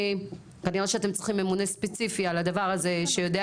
ואני רואה שאתם צריכים ממונה ספציפי על הדבר הזה שיודע